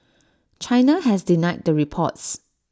China has denied the reports